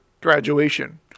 graduation